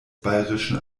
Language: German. bayerischen